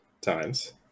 times